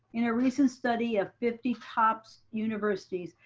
you know recent study of fifty top universities,